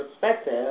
perspective